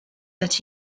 that